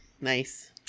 nice